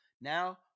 now